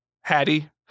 Hattie